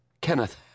Kenneth